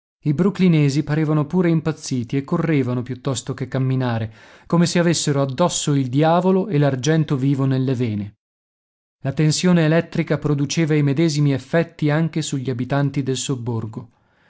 i brooklynesi parevano pure impazziti e correvano piuttosto che camminare come se avessero addosso il diavolo e l'argento vivo nelle vene la tensione elettrica produceva i medesimi effetti anche sugli abitanti del sobborgo